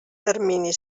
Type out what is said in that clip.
termini